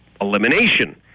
elimination